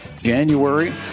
January